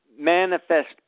Manifest